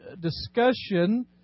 discussion